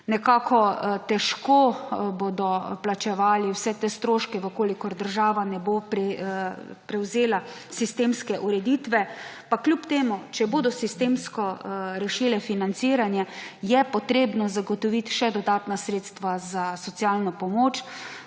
nekako težko bodo plačevali vse te stroške, v kolikor država ne bo prevzela sistemske ureditve. Pa kljub temu, če bodo sistemsko rešile financiranje, je potrebno zagotoviti še dodatna sredstva za socialno pomoč,